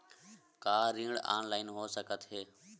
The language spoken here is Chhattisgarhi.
का ऋण ऑनलाइन हो सकत हे?